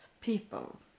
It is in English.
people